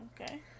Okay